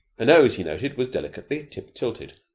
her nose, he noted, was delicately tip-tilted.